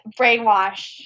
brainwash